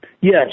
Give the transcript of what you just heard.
yes